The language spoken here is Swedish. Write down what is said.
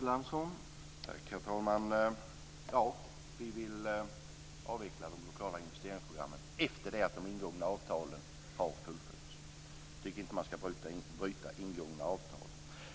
Herr talman! Ja, vi vill avveckla de lokala investeringsprogrammen efter att de ingångna avtalen har fullföljts. Jag tycker inte att man ska bryta ingångna avtal.